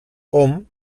hom